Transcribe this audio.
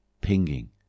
pinging